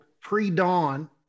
pre-dawn